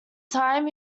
time